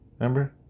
Remember